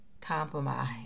compromise